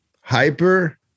hyper